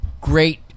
great